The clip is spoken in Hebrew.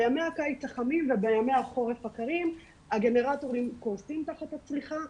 בימי הקיץ החמים וימי החורף הקרים הגנרטורים קורסים תחת הצריכה,